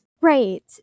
Right